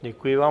Děkuji vám.